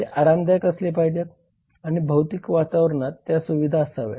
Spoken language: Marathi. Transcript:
ते आरामदायक असले पाहिजे आणि भौतिक वातावरणात त्या सुविधा असाव्यात